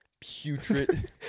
putrid